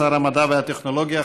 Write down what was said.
שר המדע והטכנולוגיה,